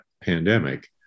pandemic